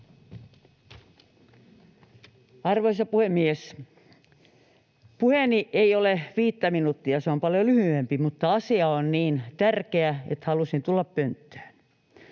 Arvoisa puhemies! Puheeni ei ole viittä minuuttia. Se on paljon lyhyempi, mutta asia on niin tärkeä, että halusin tulla pönttöön.